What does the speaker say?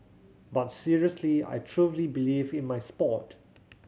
but seriously I truly believe in my sport